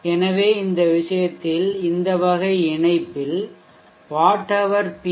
எனவே இந்த விஷயத்தில் இந்த வகை இணைப்பில் வாட் ஹவர் பி